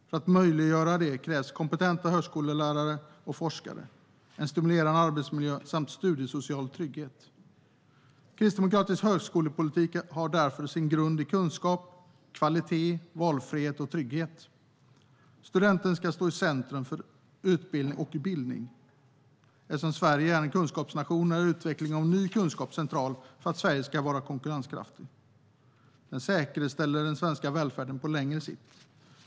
För att möjliggöra detta krävs kompetenta högskolelärare och forskare, en stimulerande arbetsmiljö samt studiesocial trygghet. Kristdemokratisk högskolepolitik har därför sin grund i kunskap, kvalitet, valfrihet och trygghet. Studenten ska stå i centrum för utbildning och bildning. Eftersom Sverige är en kunskapsnation är utveckling av ny kunskap central för att Sverige ska vara konkurrenskraftigt. Detta säkerställer välfärden på längre sikt.